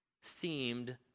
seemed